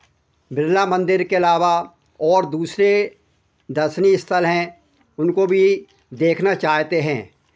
बिरला मंदिर के अलावा और दूसरे दर्शनीय स्थल हैं उनको भी देखना चाहते हैं